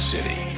City